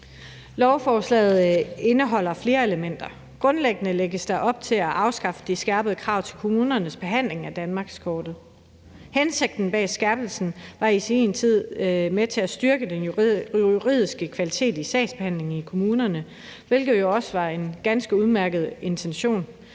Lovforslaget indeholder flere elementer. Grundlæggende lægges der op til at afskaffe de skærpede krav til kommunernes behandling af danmarkskortet. Hensigten bag skærpelsen var i sin tid med til at styrke den juridiske kvalitet i sagsbehandlingen i kommunerne, hvilket jo også var en ganske udmærket intention,